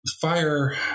fire